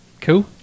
Cool